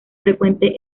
frecuente